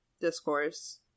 discourse